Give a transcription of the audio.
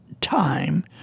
time